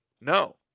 No